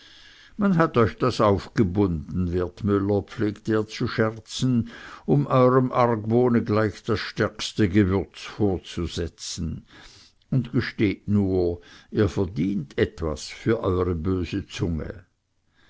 man hat euch das aufgebunden wertmüller pflegte er zu scherzen um euerm argwohne gleich das stärkste gewürz vorzusetzen und gesteht nur ihr verdient etwas für eure böse zunge